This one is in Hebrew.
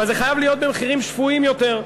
אבל זה חייב להיות במחירים שפויים יותר,